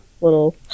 little